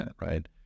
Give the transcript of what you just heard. right